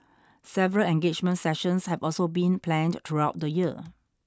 several engagement sessions have also been planned throughout the year